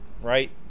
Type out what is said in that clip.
right